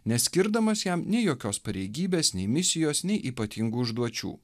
neskirdamas jam nei jokios pareigybės nei misijos nei ypatingų užduočių